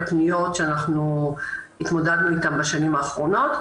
הפניות שאנחנו התמודדנו איתם בשנים האחרונות.